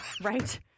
right